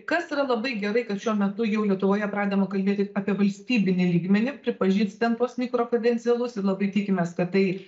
kas yra labai gerai kad šiuo metu jau lietuvoje pradedama kalbėti apie valstybinį lygmenį pripažįstant tuos mikro kredencialus ir labai tikimės kad tai